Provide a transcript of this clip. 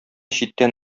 читтән